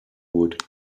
wood